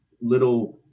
little